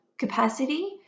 Capacity